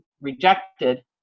rejected